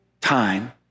time